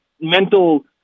mental